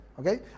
Okay